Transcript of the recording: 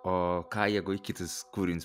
o ką jeigu į kitus kūrinius